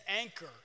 anchor